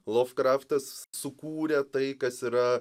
lovkraftas sukūrė tai kas yra